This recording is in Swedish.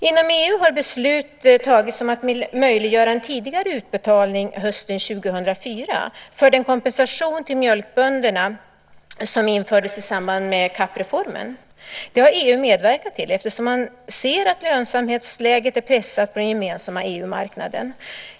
Inom EU har beslut tagits om att möjliggöra en tidigare utbetalning hösten 2004 för den kompensation till mjölkbönderna som infördes i samband med CAP-reformen. Det har EU medverkat till eftersom man ser att lönsamhetsläget är pressat på den gemensamma EU-marknaden.